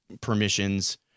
permissions